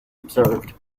observed